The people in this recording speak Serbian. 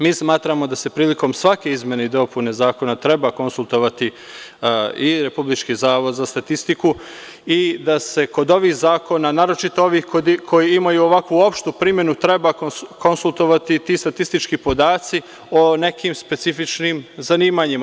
Mi smatramo da se prilikom svake izmene i dopune zakona treba konsultovati i Republički zavod za statistiku i da se kod ovih zakona, naročito ovih koji imaju ovakvu opštu primenu, treba konsultovati i ti statistički podaci o nekim specifičnim zanimanjima.